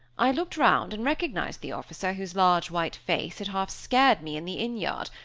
i looked round and recognized the officer whose large white face had half scared me in the inn-yard,